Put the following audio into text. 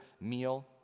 meal